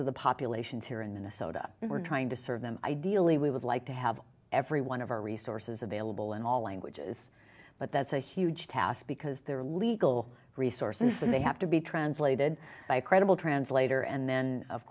of the population tear in minnesota and we're trying to serve them ideally we would like to have every one of our resources available in all languages but that's a huge task because there are legal resources and they have to be translated by a credible translator and then of